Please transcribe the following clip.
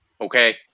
okay